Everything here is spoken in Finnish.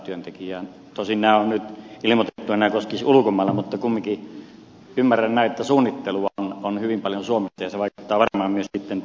tosin on nyt ilmoitettu että nämä koskisivat ulkomailla olevia mutta kumminkin ymmärrän näin että suunnittelua on hyvin paljon suomessa ja se vaikuttaa varmaan sitten myös tänne